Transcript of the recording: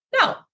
No